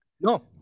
No